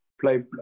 play